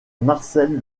marcel